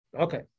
Okay